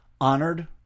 honored